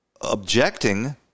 objecting